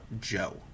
joe